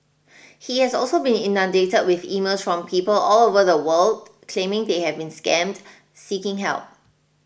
he has also been inundated with emails from people all over the world claiming they have been scammed seeking help